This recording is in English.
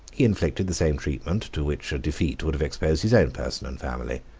he inflicted the same treatment to which a defeat would have exposed his own person and family,